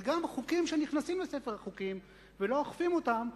וגם חוקים שנכנסים לספר החוקים ולא אוכפים אותם,